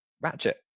Ratchet